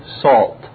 salt